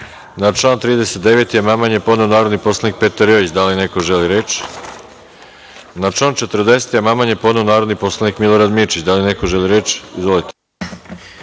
Na član 39. amandman je podneo narodni poslanik Petar Jojić. Da li neko želi reč? (Ne.)Na član 40. amandman je podneo narodni poslanik Milorad Mirčić. Da li neko želi reč? Izvolite.